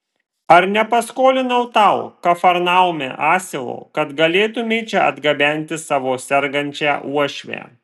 ar nepaskolinau tau kafarnaume asilo kad galėtumei čia atgabenti savo sergančią uošvę